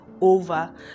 over